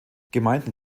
gemeinden